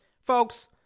Folks